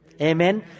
Amen